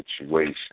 situation